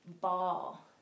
ball